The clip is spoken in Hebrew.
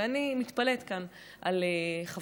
ואני מתפלאת כאן על חבריי,